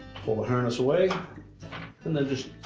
pull the harness away and then just